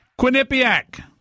Quinnipiac